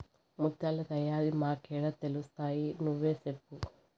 ముత్యాల తయారీ మాకేడ తెలుస్తయి నువ్వే సెప్పు